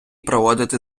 проводити